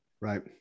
Right